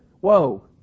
Whoa